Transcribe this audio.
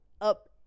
up